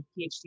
PhD